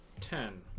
ten